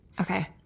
Okay